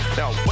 Now